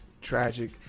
tragic